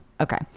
Okay